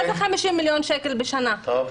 מה זה 50 מיליון שקלים בשנה?